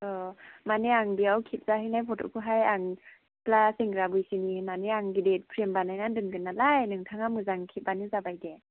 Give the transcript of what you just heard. औ माने आं बेयाव खेबजाहैनाय फट'खौहाय आं सिख्ला सेंग्रा बैसोनि होननानै आं गिदिर फ्रेम बानायनानै दोनगोन नालाय नोंथाङा मोजां खेबब्लानो जाबाय दे